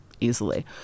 easily